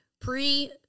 pre